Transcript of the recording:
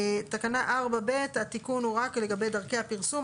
תקנה 4(ב), התיקון הוא רק לגבי דרכי הפרסום.